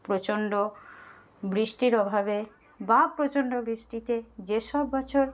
প্রচন্ড বৃষ্টির অভাবে বা প্রচণ্ড বৃষ্টিতে যে সব বছর